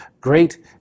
great